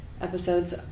episodes